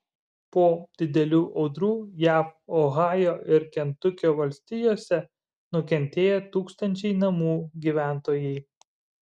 po didelių audrų jav ohajo ir kentukio valstijose nukentėjo tūkstančiai namų gyventojai